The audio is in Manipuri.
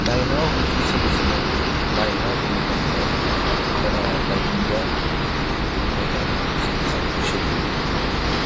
ꯂꯥꯏ ꯍꯔꯥꯎꯕꯒꯤ ꯏꯁꯩ ꯑꯁꯤꯅ ꯂꯥꯏ ꯍꯔꯥꯎꯕ ꯃꯇꯝꯗ ꯂ ꯂꯥꯏꯕꯨꯡꯗ ꯑꯃꯥꯏꯕ ꯑꯃꯥꯏꯕꯤꯁꯤꯡꯅ ꯁꯛꯄ ꯏꯁꯩꯅꯤ